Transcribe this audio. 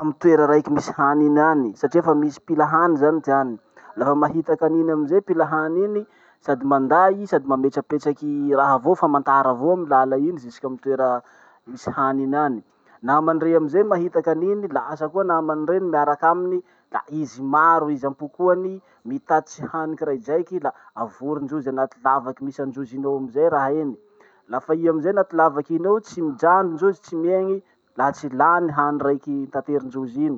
amy toera raiky misy hany iny any satria fa misy mpila hany zany ty any. Lafa mahitaky aniny amizay mpila hany iny, sady manday i sady mametrapetraky raha avao, famantara avao amy lala iny jusque amy toera misy hany iny any. Namany rey amizay mahitaky an'iny, lasa koa namany reny miarak'aminy da izy maro izy ampokoany mitatiry hany kiraidraiky i la avorindrozy anaty lavaky misy androzy iny ao amizay raha iny. Lafa i amizay anaty lavaky iny ao, tsy mijano ndrozy tsy miegny laha tsy lany hany raiky taterindrozy iny.